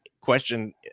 question